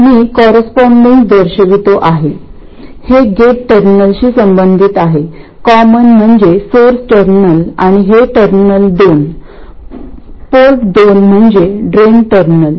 मी correspondence दर्शवितो हे gate टर्मिनलशी संबंधित आहे कॉमन म्हणजे सोर्स टर्मिनल आणि हे टर्मिनल दोन पोर्ट दोन म्हणजे ड्रेन टर्मिनल